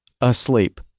asleep